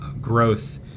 growth